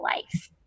life